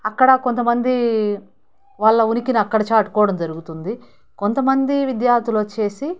అక్కడ కొంతమంది వాళ్ళ ఉనికిని అక్కడ చాటుకోవడం జరుగుతుంది కొంతమంది విద్యార్థులు వచ్చేసి